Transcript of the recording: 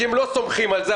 כי הם לא סומכים על זה.